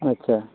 ᱟᱪᱪᱷᱟ